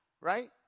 right